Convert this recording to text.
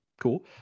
cool